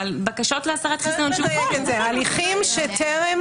על בקשות להסרת חסינות- -- הליכים שטרם